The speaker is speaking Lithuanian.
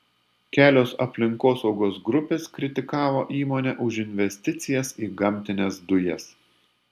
kelios aplinkosaugos grupės kritikavo įmonę už investicijas į gamtines dujas